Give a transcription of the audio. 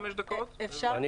יש לי